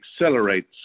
accelerates